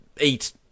eat